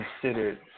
Considered